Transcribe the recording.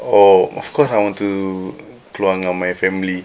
oh of course I want to keluar dengan my family